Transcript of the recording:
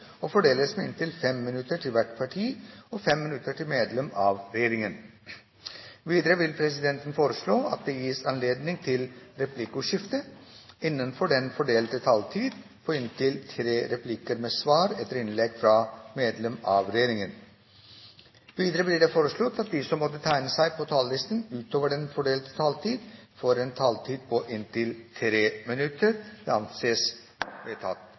og fordeles med inntil 5 minutter til hvert parti og inntil 5 minutter til medlem av regjeringen. Videre vil presidenten foreslå at det gis anledning til replikkordskifte på inntil tre replikker med svar etter innlegg fra medlem av regjeringen innenfor den fordelte taletid. Videre blir det foreslått at de som måtte tegne seg på talerlisten utover den fordelte taletid, får en taletid på inntil 3 minutter. – Det anses vedtatt.